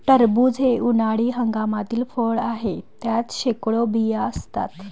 टरबूज हे उन्हाळी हंगामातील फळ आहे, त्यात शेकडो बिया असतात